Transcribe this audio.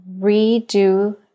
redo